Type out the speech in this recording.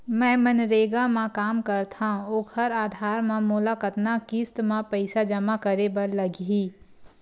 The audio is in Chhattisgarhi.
मैं मनरेगा म काम करथव, ओखर आधार म मोला कतना किस्त म पईसा जमा करे बर लगही?